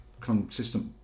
consistent